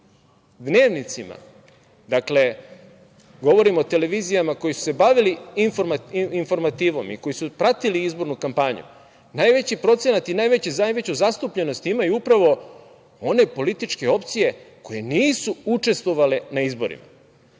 dnevnicima, dakle govorim o televizijama koje su se bavile informativom i koje su pratile izbornu kampanju, najveći procenat i najveću zastupljenost imaju upravo one političke opcije koje nisu učestvovale na izborima.